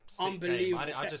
Unbelievable